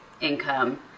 income